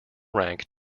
rank